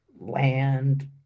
land